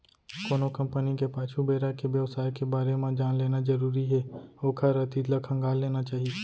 कोनो कंपनी के पाछू बेरा के बेवसाय के बारे म जान लेना जरुरी हे ओखर अतीत ल खंगाल लेना चाही